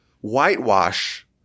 whitewash